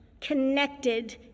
connected